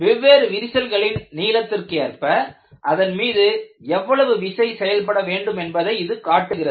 வெவ்வேறு விரிசல்ககளின் நீளத்திற்கு ஏற்ப அதன் மீது எவ்வளவு விசை செயல்பட வேண்டுமென்பதை இது காட்டுகிறது